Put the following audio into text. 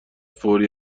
فوری